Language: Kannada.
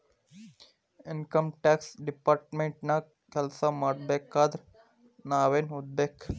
ಇನಕಮ್ ಟ್ಯಾಕ್ಸ್ ಡಿಪಾರ್ಟ್ಮೆಂಟ ನ್ಯಾಗ್ ಕೆಲ್ಸಾಮಾಡ್ಬೇಕಂದ್ರ ನಾವೇನ್ ಒದಿರ್ಬೇಕು?